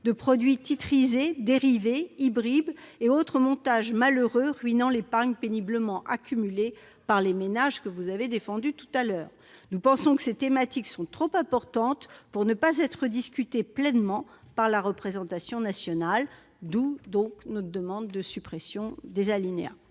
de produits titrisés, dérivés et hybrides, et par d'autres montages malheureux ruinant l'épargne péniblement accumulée par ces ménages que vous avez défendus, monsieur le ministre ? Nous estimons quant à nous que ces thématiques sont trop importantes pour ne pas être discutées pleinement par la représentation nationale, d'où notre demande de suppression de ces alinéas.